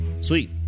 Sweet